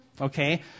okay